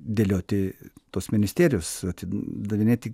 dėlioti tos ministerijos atidavinėti